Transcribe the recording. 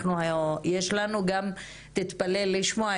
תתפלא לשמוע,